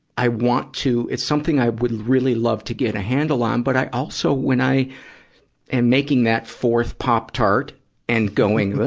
i want to, it's something i would really like to get a handle on. but i also, when i am making that fourth pop tart and going,